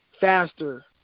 faster